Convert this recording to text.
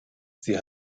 sie